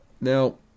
Now